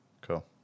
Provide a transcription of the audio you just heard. Cool